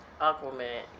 Aquaman